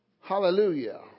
Hallelujah